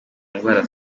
indwara